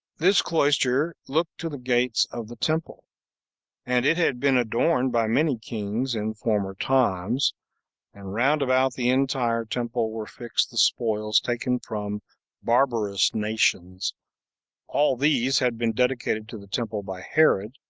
this cloister looked to the gates of the temple and it had been adorned by many kings in former times and round about the entire temple were fixed the spoils taken from barbarous nations all these had been dedicated to the temple by herod,